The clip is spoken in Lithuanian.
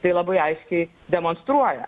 tai labai aiškiai demonstruoja